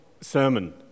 sermon